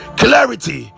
clarity